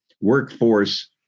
workforce